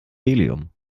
helium